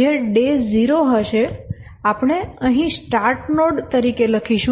જે દિવસ 0 હશે આપણે અહીં સ્ટાર્ટ નોડ તરીકે લખીશું